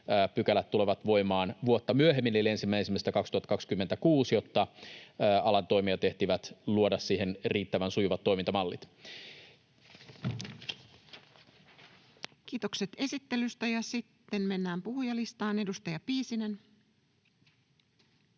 pykälät tulevat voimaan vuotta myöhemmin eli 1.1.2026, jotta alan toimijat ehtivät luoda siihen riittävän sujuvat toimintamallit. Kiitokset esittelystä. — Ja sitten mennään puhujalistaan. — Edustaja Piisinen.